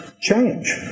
change